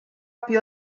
più